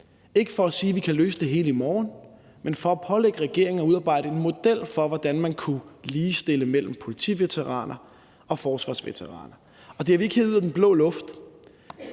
ikke for at sige, at vi kan løse det hele i morgen, men for at pålægge regeringen at udarbejde en model for, hvordan man kunne ligestille politiveteraner med forsvarsveteraner, og det har vi ikke hevet ud af den blå luft.